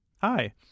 Hi